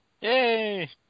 Yay